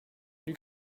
you